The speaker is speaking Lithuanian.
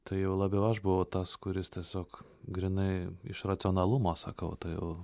tai jau labiau aš buvau tas kuris tiesiog grynai iš racionalumo sakau tai jau